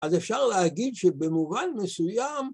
‫אז אפשר להגיד שבמובן מסוים...